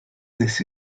this